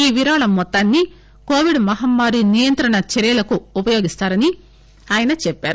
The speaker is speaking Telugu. ఈ విరాళం మొత్తాన్ని కోవిడ్ మహమ్మారి నియంత్రణ చర్వలకు ఉపయోగిస్తారని ఆయన చెప్పారు